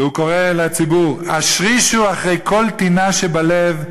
והוא קורא לציבור: "השרישו אחרי כל טינה שבלב,